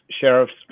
Sheriff's